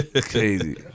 Crazy